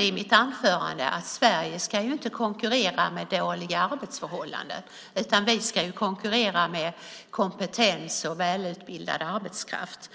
I mitt anförande sade jag att Sverige inte ska konkurrera med dåliga arbetsförhållanden, utan Sverige ska konkurrera med kompetens och välutbildad arbetskraft.